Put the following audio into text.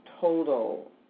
total